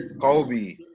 Kobe